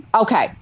Okay